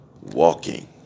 walking